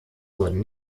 wurden